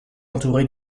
entourée